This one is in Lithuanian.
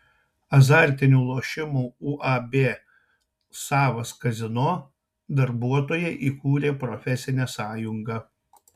azartinių lošimų uab savas kazino darbuotojai įkūrė profesinę sąjungą